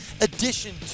addition